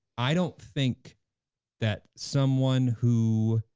i don't think that someone who